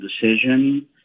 decision